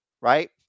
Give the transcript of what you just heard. right